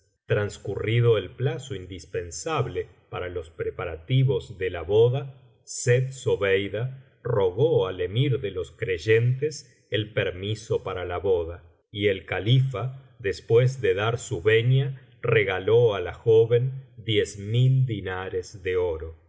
transcurrido el plazo indispensable para los preparativos de la boda sett zobeida rogó al emir délos creyentes el permiso para la boda y el califa después de dar su venia regaló á la joven diez mil dinares de oro y